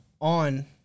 on